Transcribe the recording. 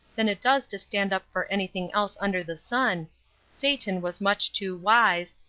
than it does to stand up for anything else under the sun satan was much too wise,